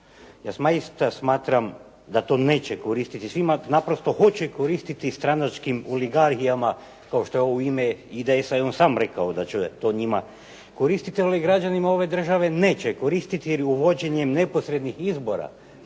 Ja zaista smatram da to neće koristiti svima. Naprosto hoće koristiti stranačkim oligarhijama kao što je u ime IDS-a i on sam rekao da će to njima koristiti, ali građanima ove države neće koristiti jer je uvođenjem neposrednih izbora